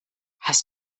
hast